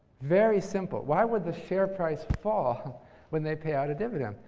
very simple. why would the share price fall when they pay out a dividend?